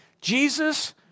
Jesus